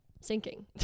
sinking